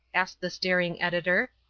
asked the staring editor.